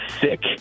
sick